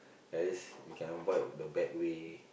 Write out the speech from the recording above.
at least we can avoid the bad way